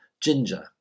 Ginger